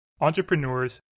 entrepreneurs